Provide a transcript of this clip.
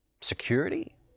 security